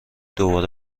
دوباره